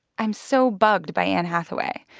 i'm so bugged by anne hathaway.